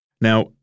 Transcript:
Now